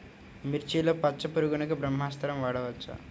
మిర్చిలో పచ్చ పురుగునకు బ్రహ్మాస్త్రం వాడవచ్చా?